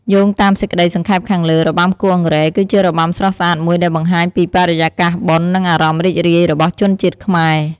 យោងតាមសេចក្តីសង្ខេបខាងលើ របាំគោះអង្រែ គឺជារបាំស្រស់ស្អាតមួយដែលបង្ហាញពីបរិយាកាសបុណ្យនិងអារម្មណ៍រីករាយរបស់ជនជាតិខ្មែរ។